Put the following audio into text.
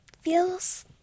feels